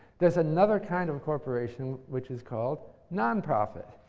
there's another kind of a corporation, which is called nonprofit.